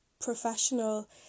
professional